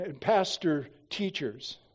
pastor-teachers